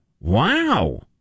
wow